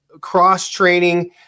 cross-training